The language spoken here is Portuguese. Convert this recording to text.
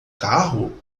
carro